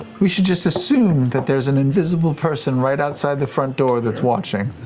we should just assume that there's an invisible person right outside the front door that's watching,